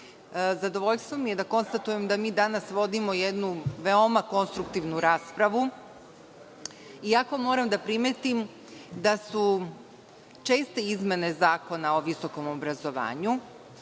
zadovoljstvo mi je da konstatujem da mi danas vodimo jednu veoma konstruktivnu raspravu, iako moram da primetim da su česte izmene Zakona o visokom obrazovanju